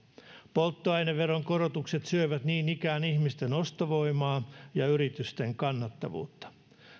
polttoaineveron korotukset syövät niin ikään ihmisten ostovoimaa ja yritysten kannattavuutta